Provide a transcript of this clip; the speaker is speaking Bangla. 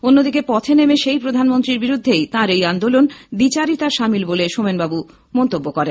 অন্যদিকে পথে নেমে সেই প্রধানমন্ত্রীর বিরুদ্ধেই তাঁর এই আন্দোলন দ্বিচারিতার সামিল বলে সোমেন বাবু মন্তব্য করেন